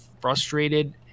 frustrated